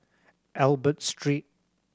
Albert Street